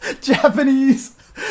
Japanese